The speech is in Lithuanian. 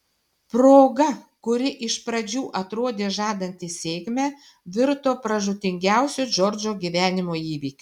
proga kuri iš pradžių atrodė žadanti sėkmę virto pražūtingiausiu džordžo gyvenimo įvykiu